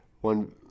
one